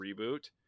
reboot